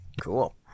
Cool